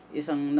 isang